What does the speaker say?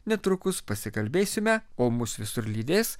netrukus pasikalbėsime o mus visur lydės